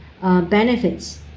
benefits